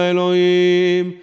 Elohim